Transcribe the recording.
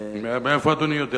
מאיפה אדוני יודע,